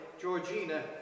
Georgina